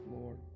Lord